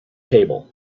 table